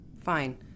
Fine